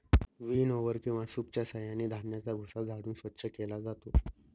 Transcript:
विनओवर किंवा सूपच्या साहाय्याने धान्याचा भुसा झाडून स्वच्छ केला जातो